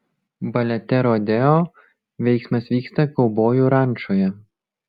balete rodeo veiksmas vyksta kaubojų rančoje